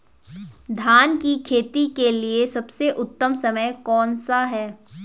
धान की खेती के लिए सबसे उत्तम समय कौनसा है?